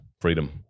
freedom